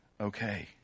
okay